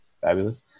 fabulous